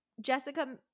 Jessica